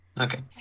Okay